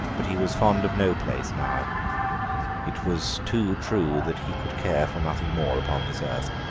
but he was fond of no place now it was too true that he could care for nothing more upon this earth.